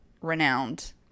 renowned